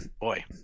boy